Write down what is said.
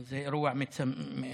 זה אירוע מצער.